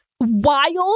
wild